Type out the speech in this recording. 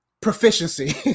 proficiency